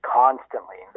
constantly